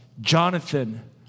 Jonathan